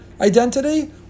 identity